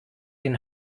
den